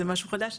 זה משהו חדש,